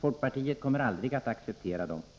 Folkpartiet kommer aldrig att acceptera dem.